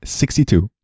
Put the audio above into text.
sixty-two